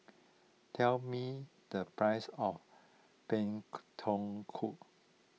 tell me the price of Pak Thong Ko